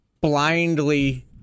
blindly